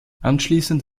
anschließend